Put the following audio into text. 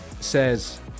Says